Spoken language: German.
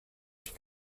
ich